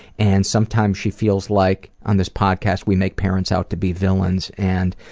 and sometimes she feels like on this podcast we make parents out to be villains, and